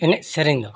ᱮᱱᱮᱡᱼᱥᱮᱨᱮᱧ ᱫᱚ